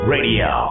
Radio